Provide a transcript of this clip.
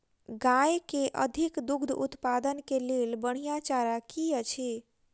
गाय केँ अधिक दुग्ध उत्पादन केँ लेल बढ़िया चारा की अछि?